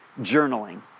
journaling